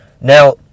Now